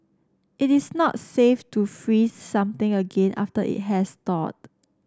it is not safe to freeze something again after it has thawed